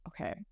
okay